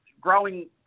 growing